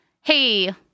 Hey